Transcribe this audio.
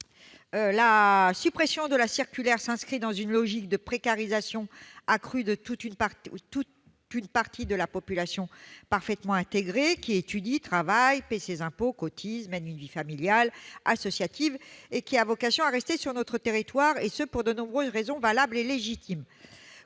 L'abrogation de cette circulaire s'inscrit dans une logique de précarisation accrue de toute une partie de la population parfaitement intégrée, qui étudie, travaille, paye ses impôts, cotise, mène une vie familiale, associative, et qui a vocation à rester sur notre territoire, pour de nombreuses raisons valables et légitimes.